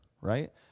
right